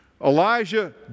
Elijah